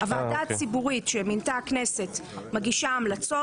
הוועדה הציבורית שמינתה הכנסת מגישה המלצות